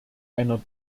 einer